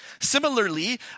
Similarly